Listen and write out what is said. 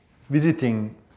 visiting